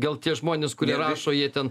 gal tie žmonės kurie rašo jie ten